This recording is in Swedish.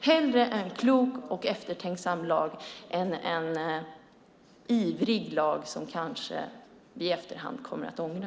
Hellre en klok och eftertänksam lag än en ivrig lag som vi kanske i efterhand kommer att ångra.